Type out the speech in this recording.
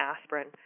aspirin